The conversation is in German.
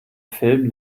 film